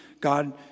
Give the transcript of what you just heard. god